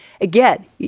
Again